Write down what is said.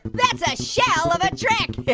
that's a shell of a trick. yeah